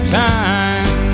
time